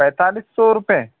پینتالیس سو روپے